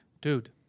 dude